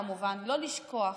כמובן, כמובן, לא לשכוח,